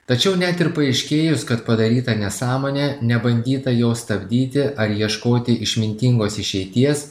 tačiau net ir paaiškėjus kad padaryta nesąmonė nebandyta jo stabdyti ar ieškoti išmintingos išeities